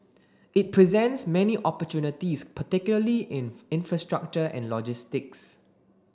it presents many opportunities particularly in infrastructure and logistics